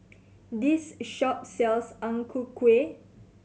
this shop sells Ang Ku Kueh